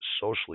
socially